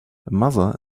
mother